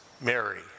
Mary